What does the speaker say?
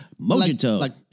Mojito